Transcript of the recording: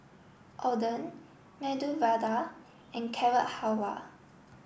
Oden Medu Vada and Carrot Halwa